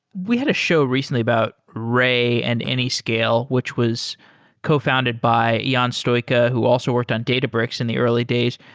we had a show recently about ray and anyscale, which was cofounded by ion stoica, who also worked on databricks in the early days.